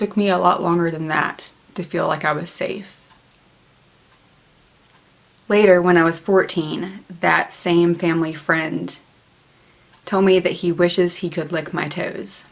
take me a lot longer than that to feel like i was safe later when i was fourteen that same family friend told me that he wishes he could lick my toes